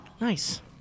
Nice